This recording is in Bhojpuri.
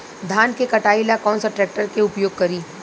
धान के कटाई ला कौन सा ट्रैक्टर के उपयोग करी?